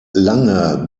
lange